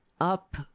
up